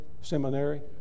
Seminary